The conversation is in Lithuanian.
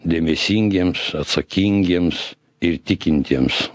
dėmesingiems atsakingiems ir tikintiems